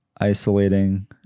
isolating